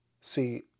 See